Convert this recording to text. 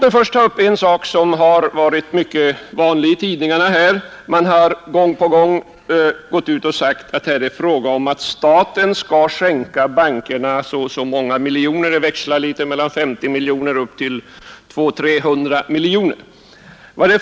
I pressen har vi gång på gång kunnat läsa påståenden att staten här skänker bankerna så och så många miljoner kronor, det växlar mellan 50 miljoner och upp till 300 miljoner kronor.